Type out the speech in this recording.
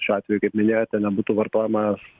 šiuo atveju kaip minėjote nebūtų vartojamas